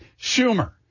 schumer